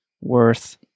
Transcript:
worth